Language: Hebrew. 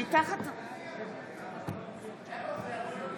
(קוראת בשמות חברי הכנסת)